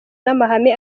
n’amahame